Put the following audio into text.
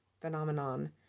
phenomenon